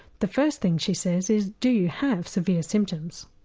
the first thing she says is do you have severe symptoms?